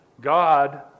God